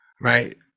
right